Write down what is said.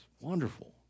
wonderful